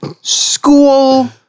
school